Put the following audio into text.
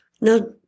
Now